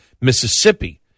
Mississippi